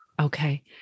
Okay